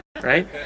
right